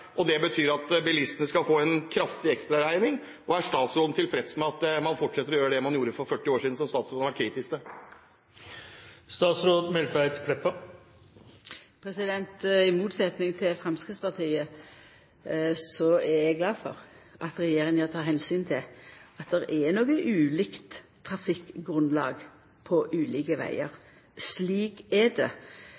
at det betyr at bilistene skal få en kraftig ekstraregning? Er statsråden tilfreds med at man fortsetter å gjøre det man gjorde for 40 år siden, som statsråden har vært kritisk til? I motsetnad til Framstegspartiet er eg glad for at regjeringa tek omsyn til at det er noko ulikt trafikkgrunnlag på ulike vegar.